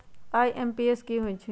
IMPS की होईछइ?